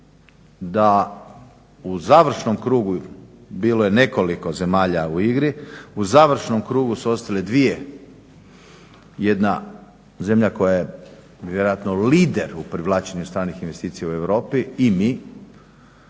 da u završnom krugu, bilo je nekoliko zemalja u igri, u završnom krugu su ostale dvije, jedna zemlja koja je vjerojatno lider u privlačenju stranih investicija u Europu i mi,